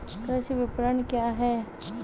कृषि विपणन क्या है?